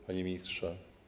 Panie Ministrze!